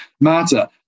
matter